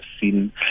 seen